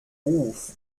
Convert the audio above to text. ruf